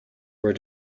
were